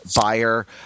buyer